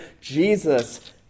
Jesus